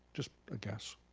just a guess.